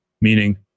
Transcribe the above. meaning